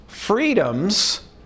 Freedoms